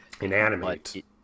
Inanimate